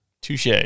Touche